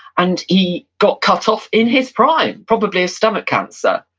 and he got cut off in his prime, probably of stomach cancer.